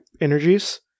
energies